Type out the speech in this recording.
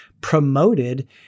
promoted